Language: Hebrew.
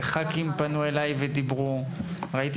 פנו אליי גם חברי